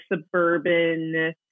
suburban